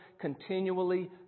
continually